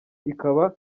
ikaba